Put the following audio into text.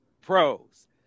pros